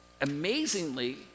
amazingly